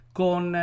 con